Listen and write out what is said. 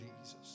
Jesus